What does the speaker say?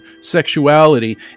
sexuality